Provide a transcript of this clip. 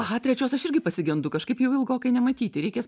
aha trečios aš irgi pasigendu kažkaip jau ilgokai nematyti reikės